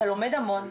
אתה לומד המון,